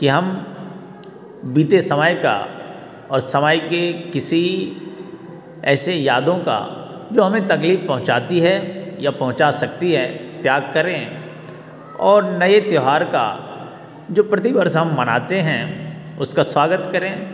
कि हम बीते समय का और समय के किसी ऐसे यादों का जो हमें तकलीफ पहुँचती है या पहुँचा सकती है त्याग करें और नए त्यौहार का जो प्रतिवर्ष हम मनाते हैं उसका स्वागत करें